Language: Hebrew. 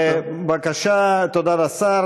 תודה לשר.